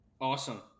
awesome